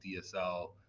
DSL